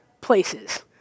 places